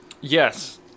yes